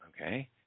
Okay